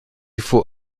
faut